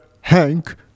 Hank